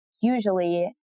usually